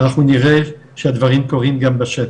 אנחנו נראה שהדברים קורים גם בשטח,